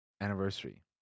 anniversary